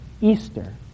Easter